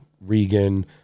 Regan